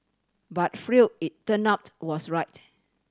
but Freud it turn out was right